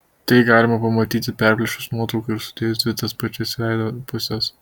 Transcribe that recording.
tai galima pamatyti perplėšus nuotrauką ir sudėjus dvi tas pačias veido puses